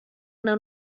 una